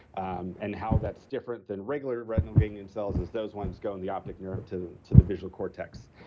um and how that's different than regular retinal ganglion cells is those ones go on the optic nerve to to the visual cortex.